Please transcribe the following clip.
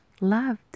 loved